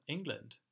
England